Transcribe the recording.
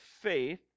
faith